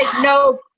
no